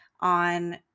on